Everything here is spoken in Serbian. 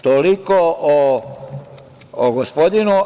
Toliko o gospodinu.